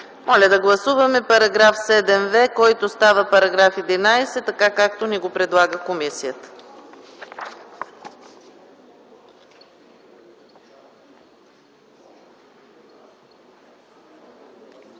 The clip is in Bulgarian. Моля да гласуваме § 7в, който става § 11, така както ни го предлага комисията.